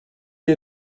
est